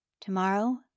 Tomorrow